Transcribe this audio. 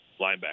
linebacker